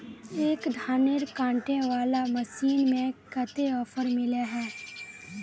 एक धानेर कांटे वाला मशीन में कते ऑफर मिले है?